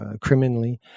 criminally